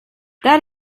that